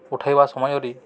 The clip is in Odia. ଉଠାଇବା ସମୟରେ